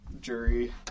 jury